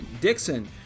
Dixon